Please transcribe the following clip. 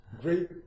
great